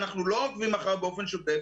אנחנו לא עוקבים אחריו באופן שוטף.